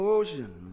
ocean